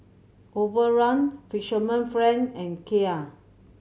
Overrun Fisherman friend and Kia